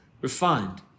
refined